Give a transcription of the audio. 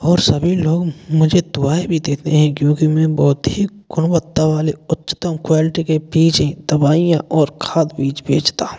और सभी लोग मुझे दुवाएँ भी देते हैं क्योंकि मैं बहुत ही गुणवत्ता वाले उच्चतम क्वेलटी के बीज दवाइयाँ और खाद बीज बेचता हूँ